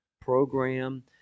program